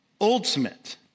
Ultimate